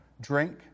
drink